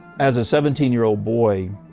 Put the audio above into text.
as a seventeen year old boy,